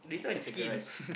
categorise